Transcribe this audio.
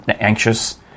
anxious